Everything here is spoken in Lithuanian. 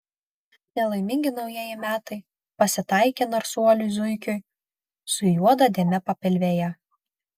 nelaimingi naujieji metai pasitaikė narsuoliui zuikiui su juoda dėme papilvėje